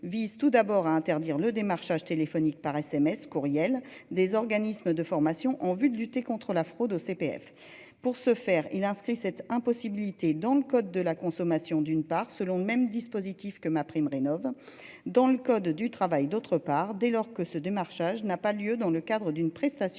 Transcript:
vise tout d'abord à interdire le démarchage téléphonique par SMS courriel des organismes de formation en vue de lutter contre la fraude au CPF. Pour ce faire il a inscrit cette impossibilité dans le code de la consommation d'une part, selon le même dispositif que MaPrimeRénov. Dans le code du travail, d'autre part, dès lors que ce démarchage n'a pas lieu dans le cadre d'une prestation